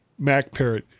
MacParrot